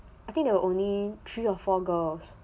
I think there were only three or four girls